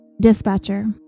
Dispatcher